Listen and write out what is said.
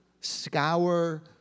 scour